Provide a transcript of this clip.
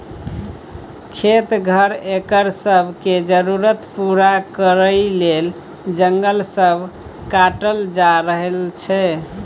खेत, घर, एकर सब के जरूरत पूरा करइ लेल जंगल सब काटल जा रहल छै